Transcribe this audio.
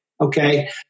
Okay